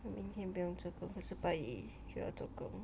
明天不用做工不是拜一不需要做工